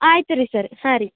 ಆಯ್ತು ರೀ ಸರ್ ಹಾಂ ರಿ